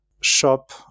shop